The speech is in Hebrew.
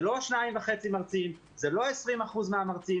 זה לא 2.5 מרצים, זה לא 20% מהמרצים.